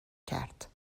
کرد